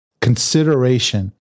consideration